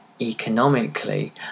economically